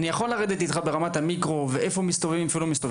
לראות לרדת איתך לרמת המיקרו ולדון באיפה מסתובבים ואיפה לא,